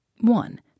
one